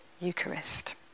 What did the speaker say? Eucharist